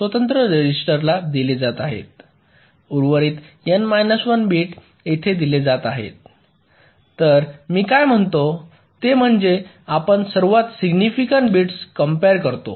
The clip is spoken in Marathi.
उर्वरित N 1 बीट येथे दिले जात आहे तर मी काय म्हणतो ते म्हणजे आपण सर्वात सिग्निफिकंट बिट्स कम्पेर करतो